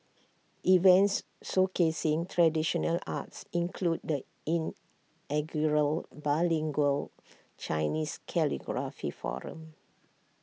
events showcasing traditional arts include the inaugural bilingual Chinese calligraphy forum